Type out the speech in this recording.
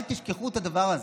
אל תשכחו את הדבר הזה.